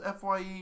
FYE